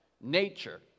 nature